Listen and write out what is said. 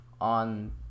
on